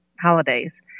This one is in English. holidays